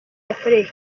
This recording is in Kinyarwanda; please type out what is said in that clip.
yakoreye